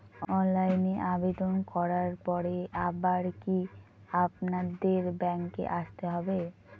অনলাইনে আবেদন করার পরে আবার কি আপনাদের ব্যাঙ্কে আসতে হবে?